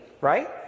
right